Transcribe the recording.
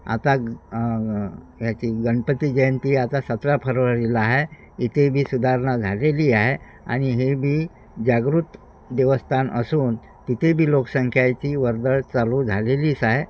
आता ह्याची गणपती जयंती आता सतरा फरवरीला आहे इथे बी सुधारणा झालेली आहे आणि हे बी जागृत देवस्थान असून तिथे बी लोकसंख्याची वर्दळ चालू झालेलीच आहे